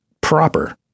proper